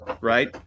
Right